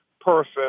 person